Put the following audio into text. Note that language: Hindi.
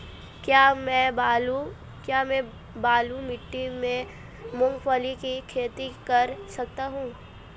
क्या मैं बालू मिट्टी में मूंगफली की खेती कर सकता हूँ?